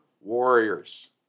Warriors